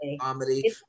comedy